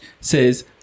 says